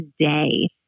today